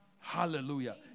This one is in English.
Hallelujah